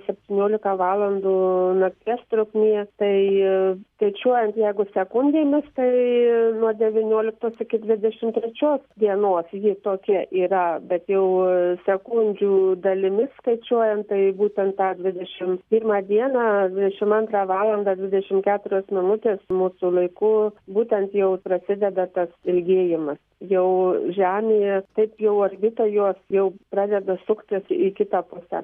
septyniolika valandų nakties trukmė tai skaičiuojant jeigu sekundėmis tai nuo devynioliktos iki dvidešimt trečios dienos ji tokia yra bet jau sekundžių dalimis skaičiuojant tai būtent tą dvidešimt pirmą dieną dvidešim antrą valandą dvidešim keturios minutės mūsų laiku būtent jau prasideda tas ilgėjimas jau žemė taip jau orbita jos jau pradeda suktis į kitą pusę